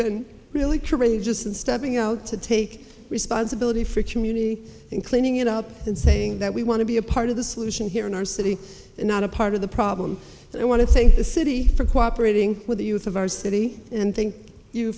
been really courageous and stepping out to take responsibility for community in cleaning it up and saying that we want to be a part of the solution here in our city and not a part of the problem i want to thank the city for cooperated with the youth of our city and thank you